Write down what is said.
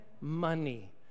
money